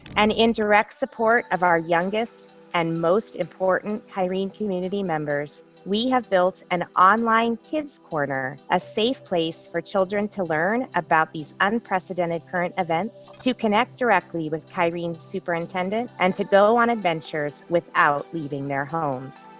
and in direct support of our youngest and most important kyrene community members, we have built an online kids' corner. a safe place for children to learn about these unprecedented current events, to connect directly with kyrene superintendent, and to go on adventures without leaving their homes.